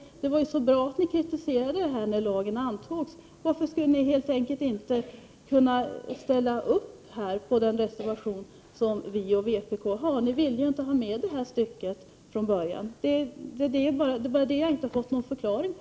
Det var ju så bra att ni kritiserade det här när lagen antogs. Jag förstår bara inte varför ni inte skulle kunna ställa upp på den reservation som vi och vpk har avgivit. Ni ville ju inte ha med det här stycket från början. Det är helt enkelt detta som jag inte har fått någon förklaring på.